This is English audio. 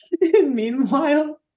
Meanwhile